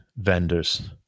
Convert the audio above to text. vendors